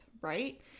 right